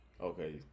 Okay